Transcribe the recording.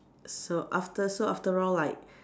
so after so after all like